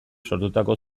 sortutako